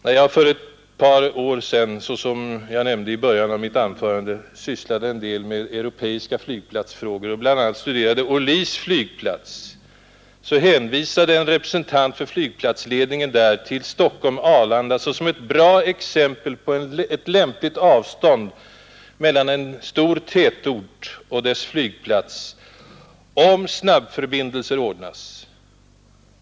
När jag för ett par år sedan, som jag nämnde i början av mitt anförande, sysslade en del med europeiska flygplatsfrågor och bl.a. studerade Orlys flygplats, hänvisade en representant för flygplatsledningen där till Stockholm-Arlanda såsom ett bra exempel på ett lämpligt avstånd mellan en stor tätort och dess flygplats om snabbförbindelser ordnas.